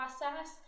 process